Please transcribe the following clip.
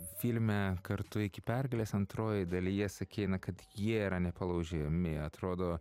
filme kartu iki pergalės antrojoj dalyje sakei kad jie yra nepalaužiami atrodo